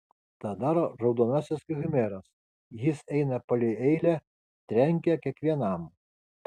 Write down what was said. tada raudonasis khmeras jis eina palei eilę trenkia kiekvienam